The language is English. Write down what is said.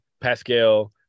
Pascal